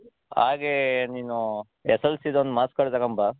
ಹಾಗೆ ನೀನು S L ಸಿದೊಂದ್ ಮಾರ್ಕ್ಸ್ ಕಾರ್ಡ್ ತಗೊಂಡ್ ಬಾ